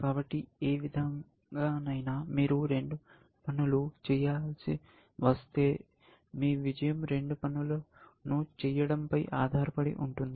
కాబట్టి ఏ విధంగానైనా మీరు రెండు పనులు చేయాల్సి వస్తే మీ విజయం రెండు పనులను చేయడం పై ఆధారపడి ఉంటుంది